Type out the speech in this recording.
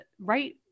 right